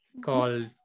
Called